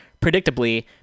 Predictably